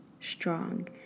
strong